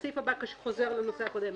הסעיף הבא חוזר לנושא הקודם.